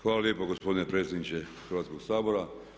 Hvala lijepo gospodine predsjedniče Hrvatskog sabora.